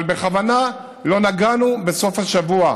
בכוונה לא נגענו בסוף השבוע,